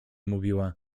mówiła